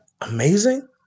Amazing